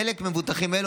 חלק ממבוטחים אלו,